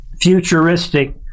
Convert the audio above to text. futuristic